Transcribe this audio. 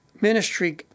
ministry